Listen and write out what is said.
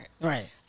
right